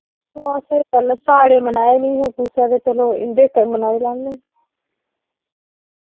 हां स्हेई गल्ल ऐ साढ़े मनाए नी हे कुसै ते चलो इं'दे तै मनाई लैन्ने